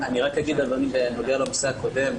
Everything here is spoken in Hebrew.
אני רק אגיד בנוגע לנושא הקודם,